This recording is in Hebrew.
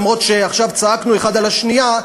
אומנם עכשיו צעקנו אחד על השנייה,